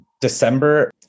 December